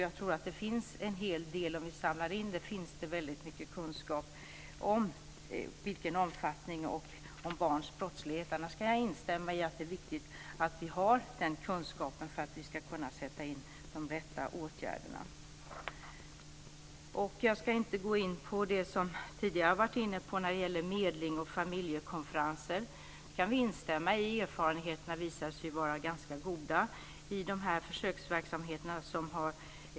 Jag tror att det finns mycket kunskap om omfattningen av barns brottslighet. Annars kan jag instämma i att det är viktigt att vi har den kunskapen för att kunna sätta in de rätta åtgärderna. Jag ska inte gå in på det som vi tidigare har varit inne på när det gäller medling och familjekonferenser. Jag kan instämma i att erfarenheterna har visat sig vara goda i försöksverksamheterna.